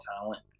talent